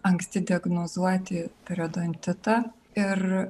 anksti diagnozuoti periodontitą ir